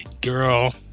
girl